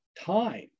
time